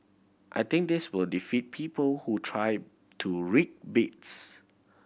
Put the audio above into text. I think this will defeat people who try to rig bids